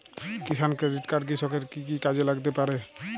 কিষান credit card কৃষকের কি কি কাজে লাগতে পারে?